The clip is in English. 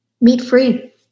Meat-free